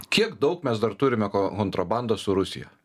kiek daug mes dar turime hontrabandos su rusija